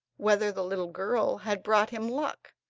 whether the little girl had brought him luck,